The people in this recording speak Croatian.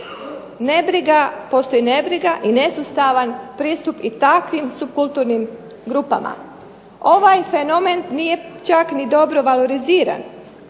pretučen. Postoji nebriga i nesustavan pristup i takvim subkulturnim grupama. Ovaj fenomen nije čak ni dobro valoriziran